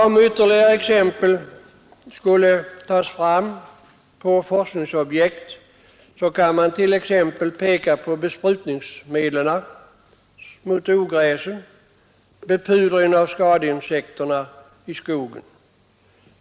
Om ytterligare exempel på forskningsobjekt behövs, kan man peka på användningen av besprutningsmedel mot ogräs och bepudringen mot skadeinsekter i skogen.